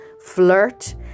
flirt